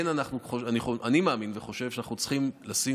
אני מאמין וחושב שאנחנו צריכים לשים